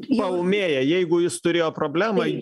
paūmėja jeigu jis turėjo problemą